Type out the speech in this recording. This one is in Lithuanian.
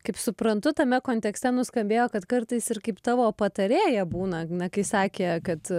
kaip suprantu tame kontekste nuskambėjo kad kartais ir kaip tavo patarėja būna na kai sakė kad